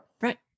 Right